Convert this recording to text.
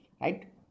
right